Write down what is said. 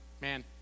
man